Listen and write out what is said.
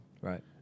Right